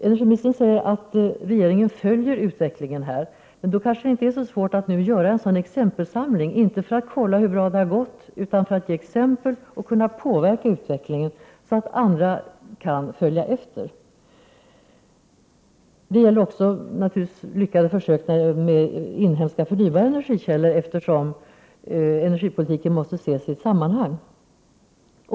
Energiministern säger att regeringen följer utvecklingen här. Men då kanske det inte är så svårt att göra en sammanställning, inte för att kolla hur det har gått utan för att ge exempel och kunna påverka utvecklingen så att andra kan följa efter. Detta gäller också lyckade satsningar på inhemska förnybara energikällor, för energipolitiken måste ju ses i sitt sammanhang.